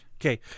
Okay